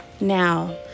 Now